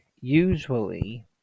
usually